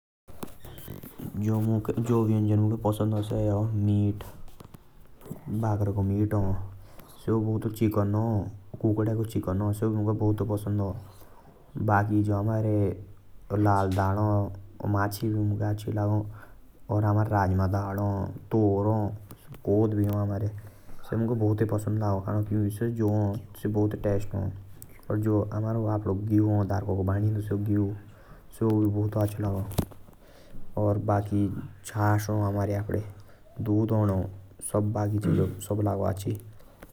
जो व्यंजन मुके पसंद सौं मीट आ बकरे को। और चिकन भी मुके काफी पसंद आ। माछी भी अच्छी लगा। दाल होने से भी मुके अच्छे लगा।